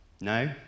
No